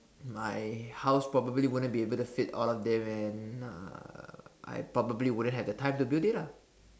my house probably won't be able to fit all of them and uh I probably won't have the time to build it lah